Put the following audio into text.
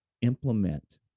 implement